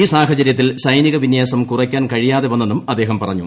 ഈ സാഹചരൃത്തിൽ സൈനിക വിന്യാസം കുറയ്ക്കാൻ കഴിയാതെ വന്നെന്നും അദ്ദേഹം പറഞ്ഞു